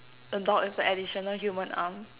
a dog with a additional human arm